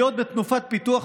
לא: אדוני ראש